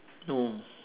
no